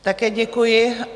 Také děkuji.